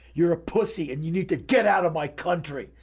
you're a pussy, and you need to get out of my country.